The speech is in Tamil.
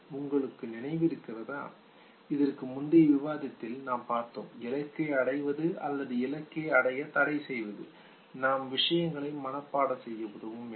உங்களுக்கு நினைவிருக்கிறதா இதற்கு முந்தைய விவாதத்தில் நாம் பார்த்தோம் இலக்கை அடைவது அல்லது இலக்கை அடைய தடை செய்வது நாம் விஷயங்களை மனப்பாடம் செய்ய உதவும் என்று